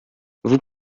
vous